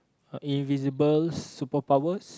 a invisible super powers